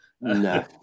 No